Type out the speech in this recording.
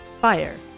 Fire